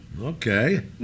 Okay